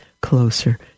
closer